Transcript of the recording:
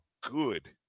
good